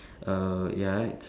err ya its